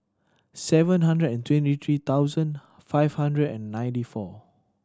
seven hundred and twenty three thousand five hundred and ninety four